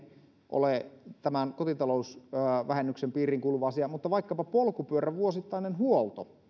ole tämän kotitalousvähennyksen piiriin kuuluva asia mutta vaikkapa polkupyörän vuosittainen huolto